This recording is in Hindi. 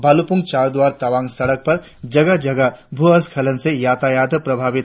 भालुकपोंग चारद्वार तवांग सड़क पर जगह जगह भू स्खलन से यातायात प्रभावित है